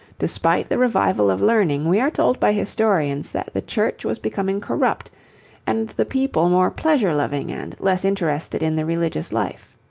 despite the revival of learning, we are told by historians that the church was becoming corrupt and the people more pleasure-loving and less interested in the religious life.